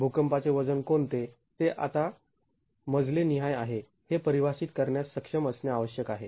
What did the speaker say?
भूकंपाचे वजन कोणते हे आता मजले निहाय आहे हे परिभाषित करण्यास सक्षम असणे आवश्यक आहे